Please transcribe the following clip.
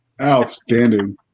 Outstanding